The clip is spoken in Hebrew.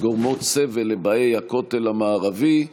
גורמות סבל לבאי הכותל המערבי.